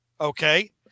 Okay